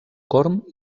corm